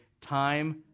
time